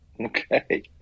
Okay